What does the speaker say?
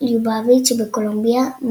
ליובאוויטש בקולומביה,